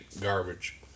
garbage